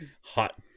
hot